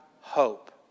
hope